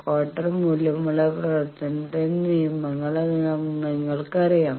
quarter മൂല്യമുള്ള പ്രവർത്തനത്തിന്റെ നിയമങ്ങൾ നിങ്ങൾക്കറിയാം